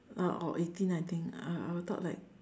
uh or eighteen uh I thought like